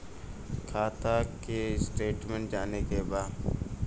खाता के स्टेटमेंट जाने के बा?